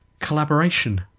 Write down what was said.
collaboration